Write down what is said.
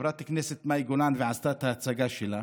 חברת הכנסת מאי גולן ועשתה את ההצגה שלה